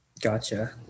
Gotcha